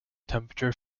temperature